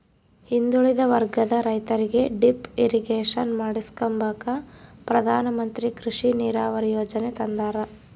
ಹಿಂದುಳಿದ ವರ್ಗದ ರೈತರಿಗೆ ಡಿಪ್ ಇರಿಗೇಷನ್ ಮಾಡಿಸ್ಕೆಂಬಕ ಪ್ರಧಾನಮಂತ್ರಿ ಕೃಷಿ ನೀರಾವರಿ ಯೀಜನೆ ತಂದಾರ